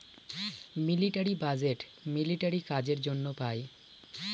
military budget military কাজের জন্য পাই